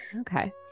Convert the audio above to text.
okay